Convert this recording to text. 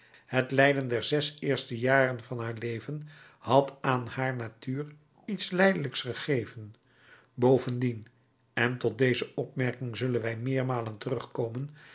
het lijden der zes eerste jaren van haar leven had aan haar natuur iets lijdelijks gegeven bovendien en tot deze opmerking zullen wij meermalen terugkomen was